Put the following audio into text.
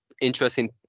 interesting